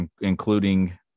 including